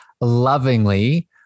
lovingly